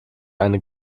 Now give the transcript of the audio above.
eine